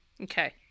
Okay